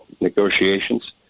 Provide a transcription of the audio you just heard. negotiations